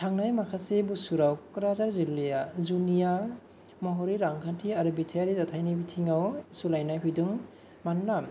थांनाय माखासे बोसोराव क'क्राझार जिल्लाया जुनिया महरै रांखान्थि आरो बिथायारि जाथायनि बिथिङाव सोलायनाय फैदों मानोना